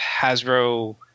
hasbro